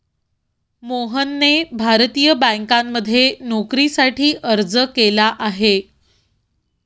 मोहनने भारतीय बँकांमध्ये नोकरीसाठी अर्ज केला आहे